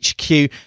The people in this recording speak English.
HQ